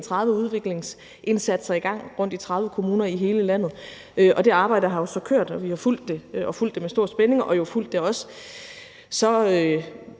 31 udviklingsindsatser i gang rundtom i 30 kommuner i hele landet. Det arbejde har jo så kørt, og vi har fulgt det med stor spænding og også